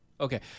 Okay